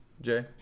Jay